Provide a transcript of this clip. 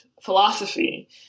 philosophy